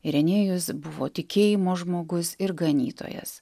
irenėjus buvo tikėjimo žmogus ir ganytojas